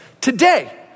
today